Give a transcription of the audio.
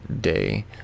day